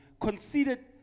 Conceded